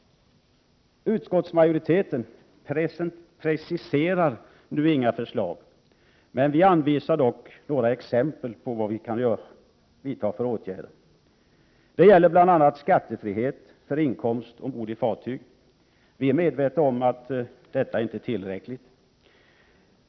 Utskottsmajoriteten preciserar inga förslag, men vi ger några exempel på vilka åtgärder som kan vidtas. Det gäller bl.a. skattefrihet för inkomst ombord på fartyg. Vi är medvetna om att detta inte är tillräckligt.